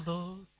Lord